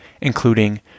including